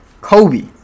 Kobe